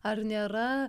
ar nėra